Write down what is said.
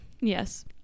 Yes